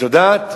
את יודעת?